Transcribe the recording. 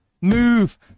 move